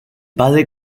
padre